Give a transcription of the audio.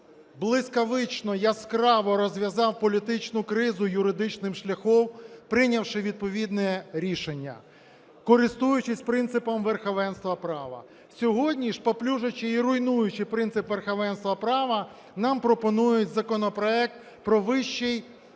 блискавично яскраво розв'язав політичну кризу юридичним шляхом, прийнявши відповідне рішення, користуючись принципом верховенства права. Сьогодні ж, паплюжачи і руйнуючи принцип верховенства права, нам пропонують законопроект про Вищій